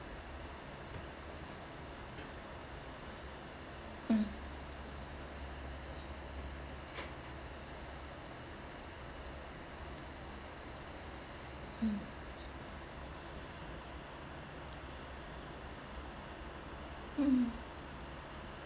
um um um